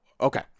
Okay